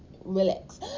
Relax